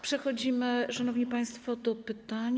Przechodzimy, szanowni państwo, do pytań.